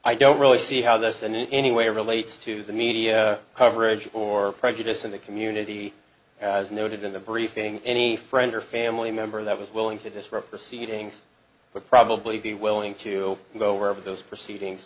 i don't really see how this in any way relates to the media coverage or prejudice in the community as noted in the briefing any friend or family member that was willing to disrupt the seedings would probably be willing to go wherever those proceedings